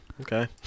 Okay